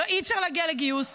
אי-אפשר להגיע לגיוס.